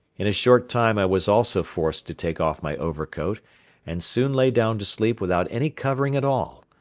in a short time i was also forced to take off my overcoat and soon lay down to sleep without any covering at all,